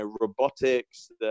robotics